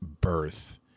birth